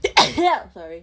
ya sorry